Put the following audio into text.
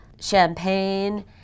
Champagne